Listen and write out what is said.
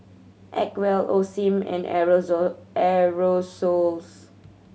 Acwell Osim and Aerosoles